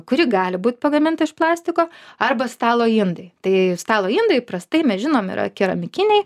kuri gali būt pagaminta iš plastiko arba stalo indai tai stalo indai įprastai mes žinom yra keramikiniai